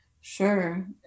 Sure